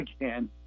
again